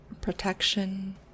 Protection